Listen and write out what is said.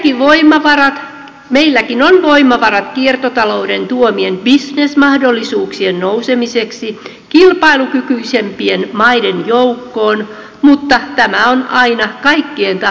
meilläkin on voimavarat kiertotalouden tuomilla bisnesmahdollisuuksilla nousta kilpailukykyisimpien maiden joukkoon mutta tämä on aina kaikkien tahdon asia